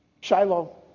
Shiloh